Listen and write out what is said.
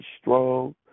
strong